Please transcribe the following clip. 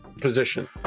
position